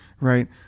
right